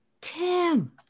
tim